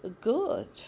good